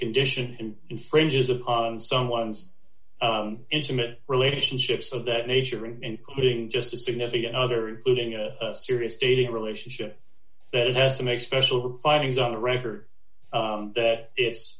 condition infringes upon someone's intimate relationships of that nature including just a significant other including a serious dating relationship that it has to make special findings on the record that it's